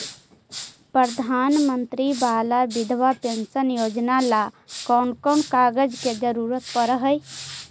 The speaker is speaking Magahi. प्रधानमंत्री बाला बिधवा पेंसन योजना ल कोन कोन कागज के जरुरत पड़ है?